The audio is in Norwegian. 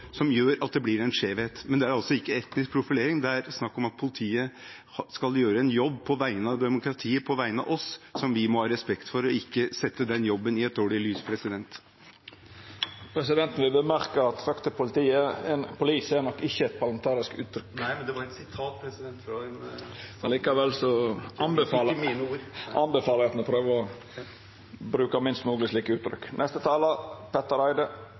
som gjør at det blir en skjevhet. Men det er altså ikke etnisk profilering. Det er snakk om at politiet skal gjøre en jobb på vegne av demokratiet, på vegne av oss, som vi må ha respekt for, og vi må ikke sette den jobben i et dårlig lys. Presidenten vil gjera merksam på at «fuck the police» nok ikkje er eit parlamentarisk uttrykk. Nei, men det var et sitat, president. Det var ikke mine ord. Likevel anbefaler eg at ein prøver å bruka slike uttrykk minst mogleg.